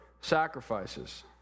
sacrifices